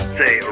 say